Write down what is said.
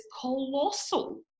colossal